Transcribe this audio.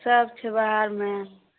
सभ छै उएहमे